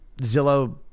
Zillow